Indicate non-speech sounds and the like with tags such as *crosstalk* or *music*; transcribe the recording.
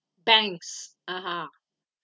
banks (uh huh) *breath*